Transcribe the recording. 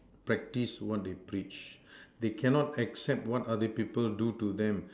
practice what they teach they cannot accept what other people do to them